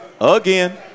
again